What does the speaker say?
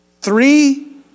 three